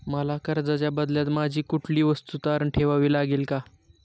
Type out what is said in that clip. मला कर्जाच्या बदल्यात माझी कुठली वस्तू तारण ठेवावी लागेल का?